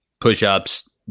push-ups